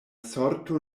sorto